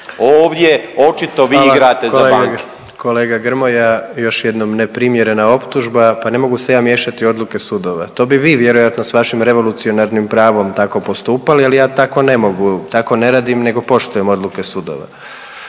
**Jandroković, Gordan (HDZ)** Kolega Grmoja još jednom neprimjerena optužba. Pa ne mogu se ja miješati u odluke sudova. To bi vi vjerojatno sa vašim revolucionarnim pravom tako postupali, ali ja tako ne mogu. Tako ne radim, nego poštujem odluke sudova,